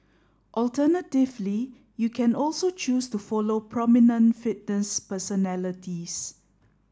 alternatively you can also choose to follow prominent fitness personalities